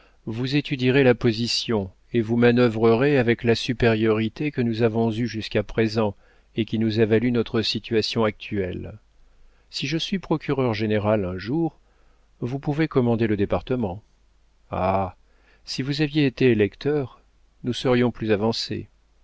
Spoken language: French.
vous étudierez la position et vous manœuvrerez avec la supériorité que nous avons eue jusqu'à présent et qui nous a valu notre situation actuelle si je suis procureur-général un jour vous pouvez commander le département ah si vous aviez été électeur nous serions plus avancés